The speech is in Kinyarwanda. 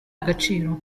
agaciro